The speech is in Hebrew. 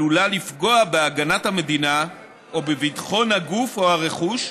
עלולה לפגוע בהגנת המדינה או בביטחון הגוף או הרכוש,